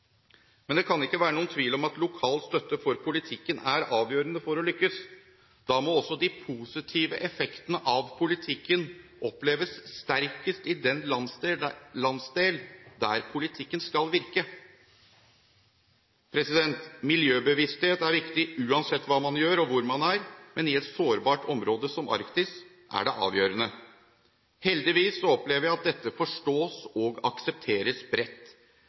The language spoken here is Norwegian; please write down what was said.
Men det kan ikke være noen tvil om at lokal støtte for politikken er avgjørende for å lykkes. Da må også de positive effektene av politikken oppleves sterkest i den landsdel der politikken skal virke. Miljøbevissthet er viktig uansett hva man gjør, og hvor man er, men i et sårbart område som Arktis er det avgjørende. Heldigvis opplever vi at dette forstås og aksepteres bredt.